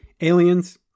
Aliens